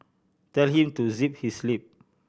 tell him to zip his lip